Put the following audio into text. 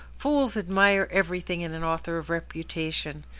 fools admire everything in an author of reputation.